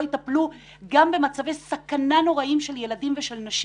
יטפלו גם במצבי סכנה נוראיים של ילדים ושל נשים.